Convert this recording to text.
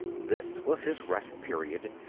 this was his rest period,